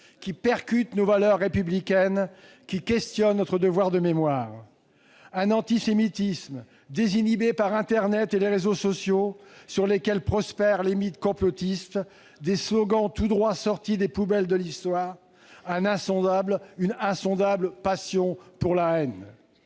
qui percute nos valeurs républicaines, qui questionne notre devoir de mémoire ; un antisémitisme désinhibé par internet et les réseaux sociaux, sur lesquels prospèrent les mythes complotistes, des slogans tout droit sortis des poubelles de l'histoire, une insondable passion pour la haine.